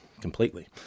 completely